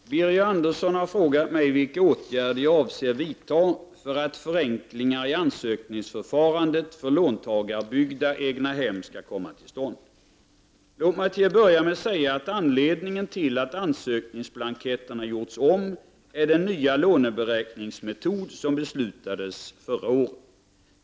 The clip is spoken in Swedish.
Herr talman! Birger Andersson har frågat mig vilka åtgärder jag avser vidta för att förenklingar i ansökningsförfarandet för låntagarbyggda egnahem skall komma till stånd. Låt mig till att börja med säga att anledningen till att ansökningsblanketterna gjorts om är den nya låneberäkningsmetod som beslutades förra året.